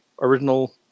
original